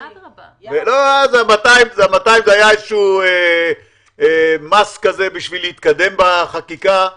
200 היה איזשהו מס כדי להתקדם בחקיקה,